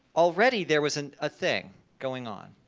already there was a thing going on.